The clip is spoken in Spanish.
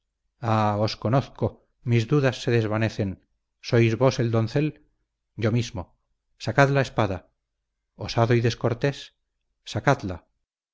os conozco mis dudas se desvanecen sois vos el doncel yo mismo sacad la espada osado y descortés sacadla